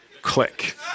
click